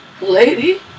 Lady